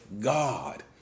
God